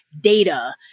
data